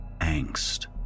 Angst